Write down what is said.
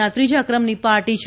ના ત્રીજાક્રમની પાર્ટી છે